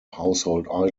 household